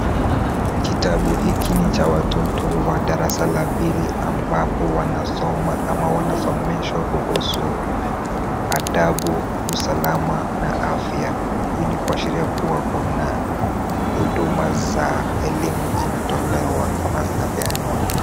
Kitabu hiki ni cha watoto wa darasa la pili ambapo wanasoma ama wanasomeshwa kuhusu adabu, usalama na afya. Hii ni kuashiria kuwa kuna huduma za elimu zinatolewa ama zinapeanwa.